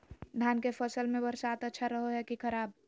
धान के फसल में बरसात अच्छा रहो है कि खराब?